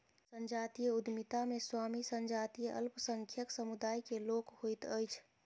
संजातीय उद्यमिता मे स्वामी संजातीय अल्पसंख्यक समुदाय के लोक होइत अछि